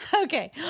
Okay